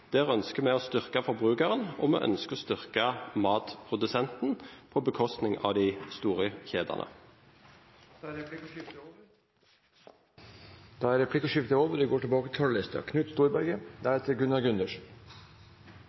der, og den skjeve maktfordelingen som er i matkjedene. Der ønsker vi å styrke forbrukeren, og vi ønsker å styrke matprodusenten på bekostning av de store kjedene. Replikkordskiftet er omme. Vi